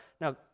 now